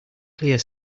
clear